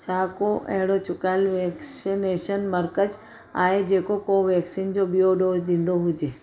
छा को अहिड़ो चुकायल वैक्सिनेशन मर्कज़ु आहे जे को कोवेक्सीन जो बि॒यों डोज ॾींदो हुजे